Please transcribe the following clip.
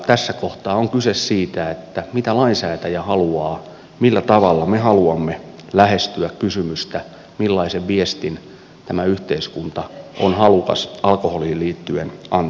tässä kohtaa on kyse siitä mitä lainsäätäjä haluaa millä tavalla me haluamme lähestyä kysymystä millaisen viestin tämä yhteiskunta on halukas alkoholiin liittyen antamaan